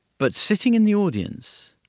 but sitting in the audience,